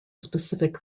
specific